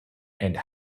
and